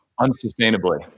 unsustainably